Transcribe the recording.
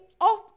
off